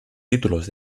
títulos